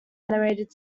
animated